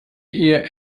ehe